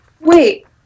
Wait